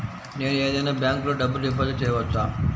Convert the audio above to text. నేను ఏదైనా బ్యాంక్లో డబ్బు డిపాజిట్ చేయవచ్చా?